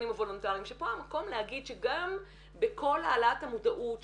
לא במסגרת של יועצות בכיתה ולא במסגרת של